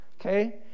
okay